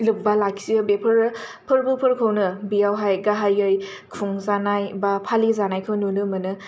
लोब्बा लाखियो बेफोर फोरबोफोरखौनो बेयावहाय गाहायै खुंजानाय बा फालिजानायखौ नुनो मोनो